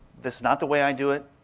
this is not the way i do it,